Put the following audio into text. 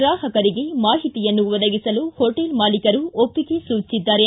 ಗ್ರಾಪಕರ ಮಾಹಿತಿಯನ್ನು ಒದಗಿಸಲು ಹೋಟೆಲ್ ಮಾಲಿಕರು ಒಪ್ಪಿಗೆ ಸೂಚಿಸಿದ್ದಾರೆ